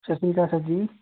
ਸਤਿ ਸ੍ਰੀ ਅਕਾਲ ਸਰ ਜੀ